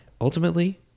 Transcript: Ultimately